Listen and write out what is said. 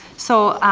so,